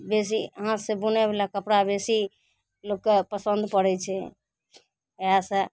बेसी हाथसे बुनैवला कपड़ा बेसी लोकके पसन्द पड़ै छै इएहसे